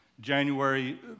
January